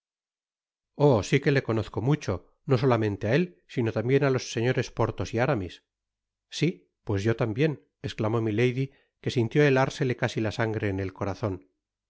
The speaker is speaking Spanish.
oh si que le conozco mucho no solamente á ét sino tambien á los señores porthos y aramis si pues yo tambien esclamó milady que sintió helársele casi la sangre en et corazon